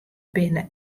binne